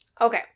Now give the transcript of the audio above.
Okay